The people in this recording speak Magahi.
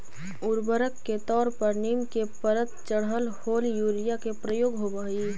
उर्वरक के तौर पर नीम के परत चढ़ल होल यूरिया के प्रयोग होवऽ हई